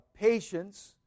patience